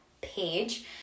page